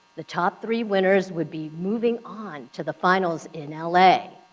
the top three winners would be moving on to the finals in ah la.